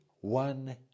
one